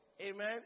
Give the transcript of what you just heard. Amen